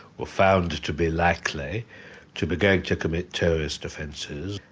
or found to be likely to be going to commit terrorist offences,